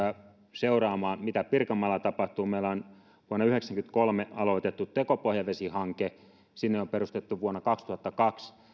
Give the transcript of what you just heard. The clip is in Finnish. seuraamaan mitä pirkanmaalla tapahtuu meillä on vuonna yhdeksänkymmentäkolme aloitettu tekopohjavesihanke sinne on perustettu vuonna kaksituhattakaksi